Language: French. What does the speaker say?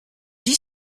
dit